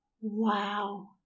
Wow